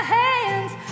hands